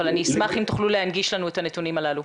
אבל אני אשמח אם תוכלו להנגיש לנו את הנתונים הללו.